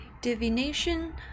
divination